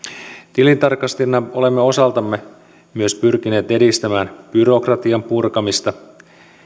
tilintarkastajina olemme osaltamme myös pyrkineet edistämään byrokratian purkamista